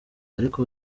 ariko